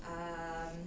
um